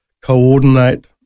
coordinate